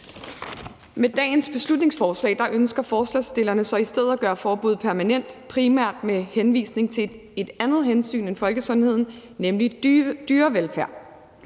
Med dagens beslutningsforslag ønsker forslagsstillerne så i stedet at gøre forbuddet permanent primært med henvisning til et andet hensyn end folkesundheden, nemlig dyrevelfærd.